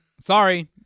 Sorry